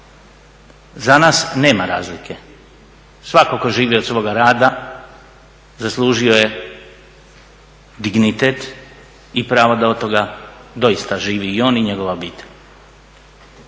Za nas nema razlike. Svatko tko živi od svoga rada zaslužio je dignitet i pravo da od toga doista živi i on i njegova obitelj.